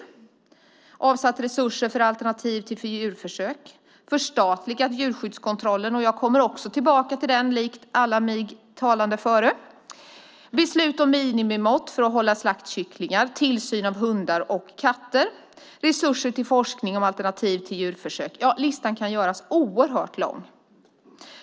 Resurser har avsatts till forskning om alternativ till djurförsök. Djurskyddskontrollen har förstatligats, och jag kommer tillbaka till den frågan likt alla talare före mig. Beslut har fattats om minimimått för att få hålla slaktkycklingar och om tillsyn av hundar och katter. Ja, listan kan göras oerhört lång.